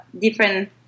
different